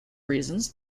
reasons